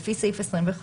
לפי סעיף 25,